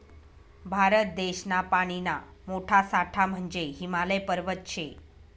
भारत देशना पानीना मोठा साठा म्हंजे हिमालय पर्वत शे